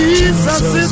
Jesus